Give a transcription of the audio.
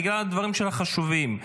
בגלל שהדברים שלך חשובים.